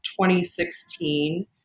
2016